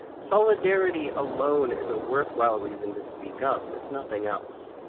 solidarity alone is a worthwhile reason to speak up, if nothing else!